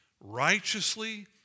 righteously